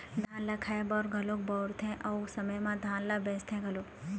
धान ल खाए बर घलोक बउरथे अउ समे म धान ल बेचथे घलोक